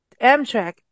amtrak